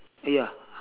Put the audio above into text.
ya